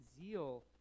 Zeal